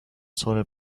sorted